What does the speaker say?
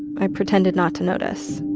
i pretended not to notice.